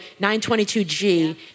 922G